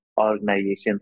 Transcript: organizations